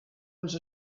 els